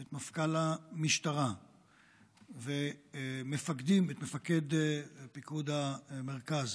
את מפכ"ל המשטרה ומפקדים, מפקד פיקוד המרכז